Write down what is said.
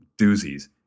doozies